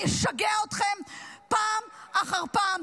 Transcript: אני אשגע אתכם פעם אחר פעם.